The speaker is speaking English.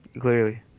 Clearly